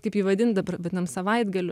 kaip jį vadint dabar vadinam savaitgaliu